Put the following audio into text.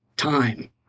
time